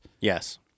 Yes